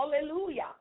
Hallelujah